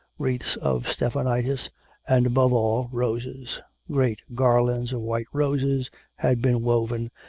wreaths of stephanotis and, above all, roses great garlands of white roses had been woven,